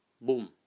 boom